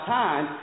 time